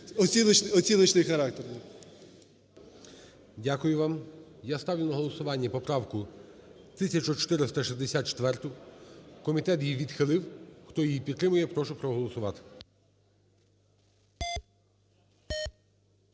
оціночний характер. ГОЛОВУЮЧИЙ. Дякую вам. Я ставлю на голосування поправку 1464-у, комітет її відхилив. Хто її підтримує, прошу проголосувати.